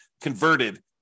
converted